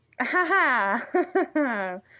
Ha-ha